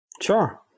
Sure